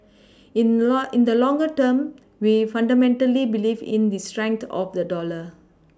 in in the longer term we fundamentally believe in the strength of the dollar